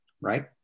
right